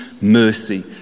mercy